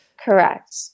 Correct